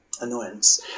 annoyance